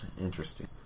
Interesting